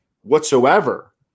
whatsoever